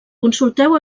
consulteu